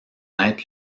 être